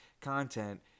content